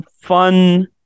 fun